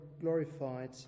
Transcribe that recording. glorified